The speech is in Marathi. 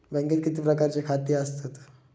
बँकेत किती प्रकारची खाती आसतात?